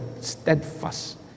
steadfast